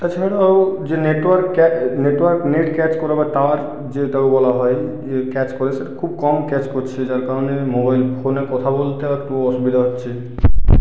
তাছাড়াও যে network network net catch করাবার টাওয়ার যেটা বলা হয় যে ক্যাচ করে সেটা খুব কম ক্যাচ করছে যার কারণে মোবাইল ফোনে কথা বলতে খুব অসুবিধা হচ্ছে